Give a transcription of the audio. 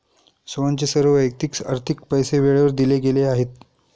सोहनचे सर्व वैयक्तिक आर्थिक पैसे वेळेवर दिले गेले आहेत